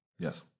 Yes